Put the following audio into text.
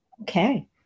Okay